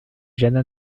jana